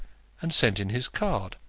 and sent in his card.